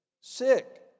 sick